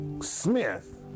Smith